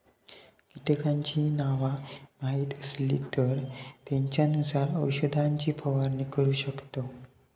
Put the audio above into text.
कीटकांची नावा माहीत असली तर त्येंच्यानुसार औषधाची फवारणी करू शकतव